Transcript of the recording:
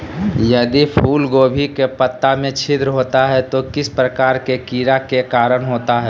यदि फूलगोभी के पत्ता में छिद्र होता है तो किस प्रकार के कीड़ा के कारण होता है?